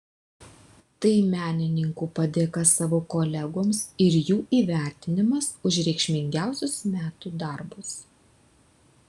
tai menininkų padėka savo kolegoms ir jų įvertinimas už reikšmingiausius metų darbus